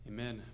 Amen